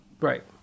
Right